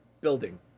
building